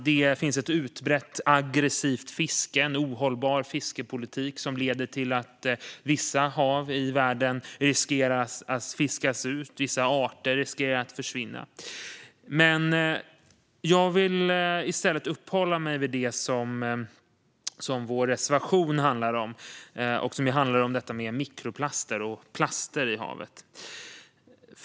Det finns ett utbrett aggressivt fiske, en ohållbar fiskepolitik, som leder till att vissa hav i världen riskerar att fiskas ut och att vissa arter riskerar att försvinna. Jag vill i stället uppehålla mig vid det som vår reservation handlar om, nämligen mikroplaster och plaster i havet.